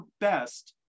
best